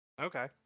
Okay